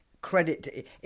credit